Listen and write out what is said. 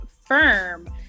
firm